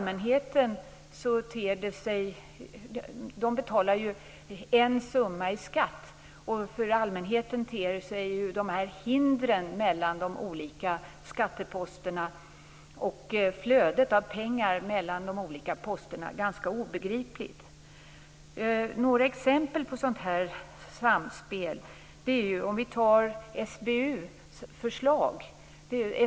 Man betalar ju en summa i skatt, och för allmänheten ter sig hindren mellan de olika skatteposterna och flödet av pengar mellan de olika posterna ganska obegripligt. Jag skall ta några exempel på ett sådant samspel.